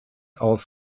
aus